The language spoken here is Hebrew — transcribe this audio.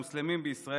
ועוד בחוק הזה.